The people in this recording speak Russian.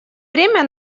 время